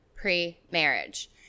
pre-marriage